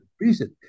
reason